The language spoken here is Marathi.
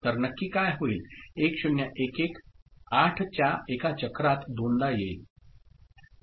तर नक्की काय होईल 1 0 1 1 8 च्या एका चक्रात दोनदा येईल